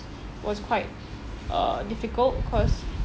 was quite uh difficult cause